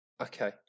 Okay